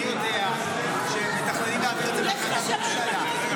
אני יודע שמתכננים להעביר את זה בהחלטת ממשלה.